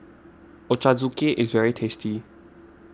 Ochazuke is very tasty